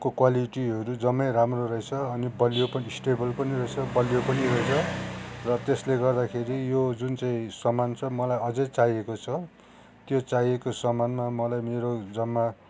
को क्वालिटीहरू जम्मै राम्रो रहेस अनि बलियो पनि स्टेबल पनि रहेछ बलियो पनि रहेस र त्यसले गर्दाखेरि यो जुन चाहिँ सामान छ मलाई अझै चाहिएको छ त्यो चाहिएको सामानमा मलाई मेरो जम्मा